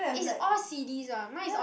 is all C_Ds ah mine is all